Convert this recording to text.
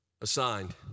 Assigned